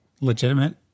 legitimate